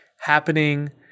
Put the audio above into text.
happening